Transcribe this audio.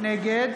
נגד